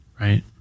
Right